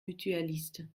mutualistes